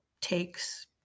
takes